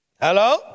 Hello